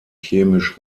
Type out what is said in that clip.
chemisch